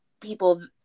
people